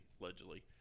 allegedly